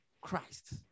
Christ